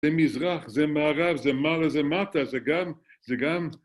זה מזרח, זה מערב, זה מעלה זה מטה, זה גם...